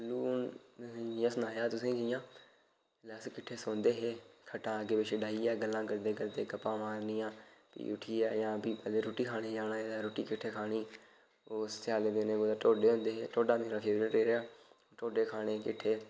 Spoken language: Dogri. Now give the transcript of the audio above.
हून जि'यां सनाया 'तुसेंगी जि'यां के अस किट्ठे सौंदे हे खट्टां अग्गै पिच्छै डाहियै गल्लां करदे करदे गप्पां मारनियां कदें रूट्टी खाने गी जाना ते कदें रूट्टी किट्ठी खानी ओह् स्याले दे दिनें कुतै ढोडे होंदे हे ढोडा मेरा फेवरेट ऐ ढोडे खाने किट्ठे